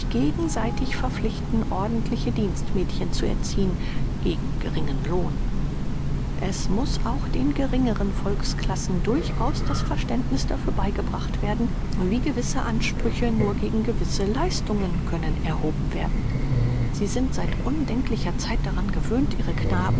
gegenseitig verpflichten ordentliche dienstmädchen zu erziehen gegen geringen lohn es muß auch den geringeren volksklassen durchaus das verständniß dafür beigebracht werden wie gewisse ansprüche nur gegen gewisse leistungen können erhoben werden sie sind seit undenklicher zeit daran gewöhnt ihre